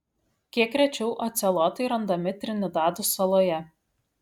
kiek rečiau ocelotai randami trinidado saloje